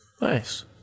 nice